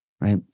right